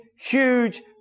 huge